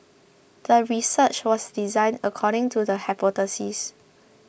the research was designed according to the hypothesis